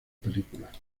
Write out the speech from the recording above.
películas